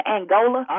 Angola